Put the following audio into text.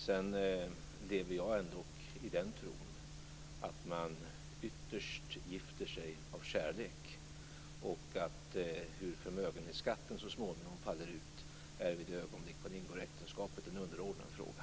Sedan lever jag ändock i den tron att man ytterst gifter sig av kärlek och att hur förmögenhetsskatten så småningom faller ut är vid det ögonblick man ingår äktenskap en underordnad fråga.